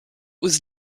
was